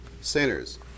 sinners